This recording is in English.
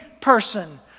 person